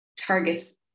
targets